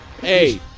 Hey